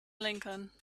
lincoln